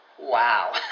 Wow